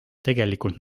tegelikult